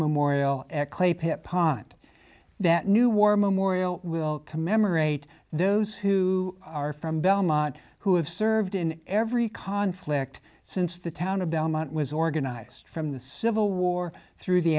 pit pond that new war memorial will commemorate those who are from belmont who have served in every conflict since the town of belmont was organized from the civil war through the